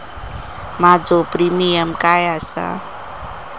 माझो प्रीमियम काय आसा?